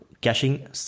caching